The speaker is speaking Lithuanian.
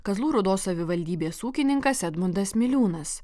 kazlų rūdos savivaldybės ūkininkas edmundas miliūnas